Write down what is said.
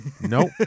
Nope